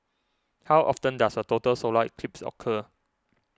how often does a total solar eclipse occur